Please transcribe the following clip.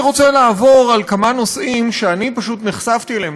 אני רוצה לעבור על כמה נושאים שאני פשוט נחשפתי להם,